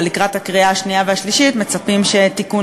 אבל לקראת הקריאה השנייה והשלישית מצפים שתיקון